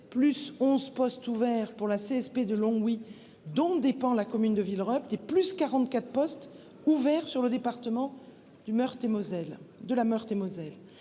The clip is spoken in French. plus 11 postes ouverts pour la CSP de Longwy dont dépend la commune de Villerupt et plus 44 postes ouverts sur le département du Meurthe et Moselle,